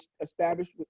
established